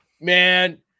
man